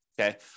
okay